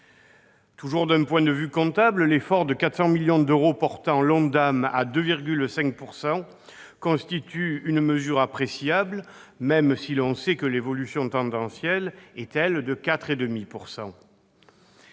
et 2022. D'un point de vue comptable, l'effort de 400 millions d'euros portant l'ONDAM à 2,5 % constitue une mesure appréciable, même si l'on sait que l'évolution tendancielle est, elle, de 4,5 %.